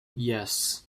yes